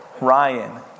Ryan